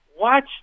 watch